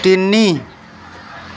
তিনি